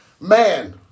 man